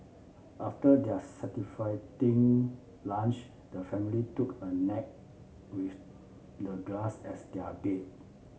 after their satisfy lunch the family took a nap with the grass as their bed